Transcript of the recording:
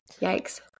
yikes